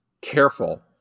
careful